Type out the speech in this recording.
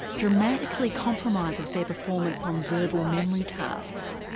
dramatically compromises their performance on verbal memory tasks.